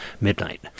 midnight